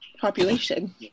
population